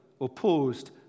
opposed